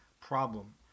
problem